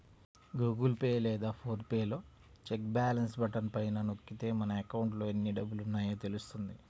Google Pay లేదా PhonePe లో check balance button పైన నొక్కితే మన అకౌంట్లో ఎన్ని డబ్బులున్నాయో తెలుస్తుంది